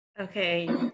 Okay